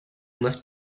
unas